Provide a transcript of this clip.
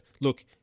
look